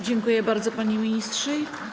Dziękuję bardzo, panie ministrze.